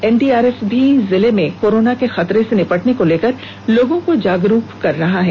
NDRF भी जिले में कोरोना के खतरे से निपटने को लेकर लोगों को जागरूक करेगी